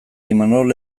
imanol